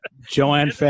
Joanne